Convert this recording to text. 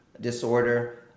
disorder